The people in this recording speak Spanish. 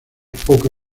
poca